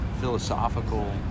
philosophical